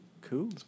cool